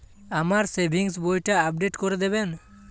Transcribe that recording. আমার সেভিংস বইটা আপডেট করে দেবেন?